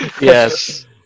Yes